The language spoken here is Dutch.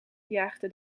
jaagden